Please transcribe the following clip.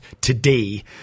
today